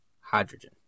hydrogen